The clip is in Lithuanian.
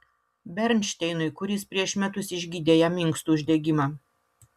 bernšteinui kuris prieš metus išgydė jam inkstų uždegimą